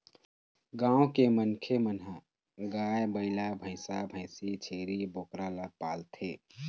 गाँव के मनखे मन ह गाय, बइला, भइसा, भइसी, छेरी, बोकरा ल पालथे